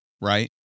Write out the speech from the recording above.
right